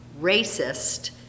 racist